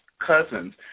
cousins